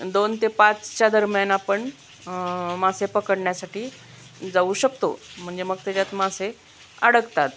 दोन ते पाचच्या दरम्यान आपण मासे पकडण्यासाठी जाऊ शकतो म्हणजे मग त्याच्यात मासे अडकतात